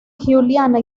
giuliana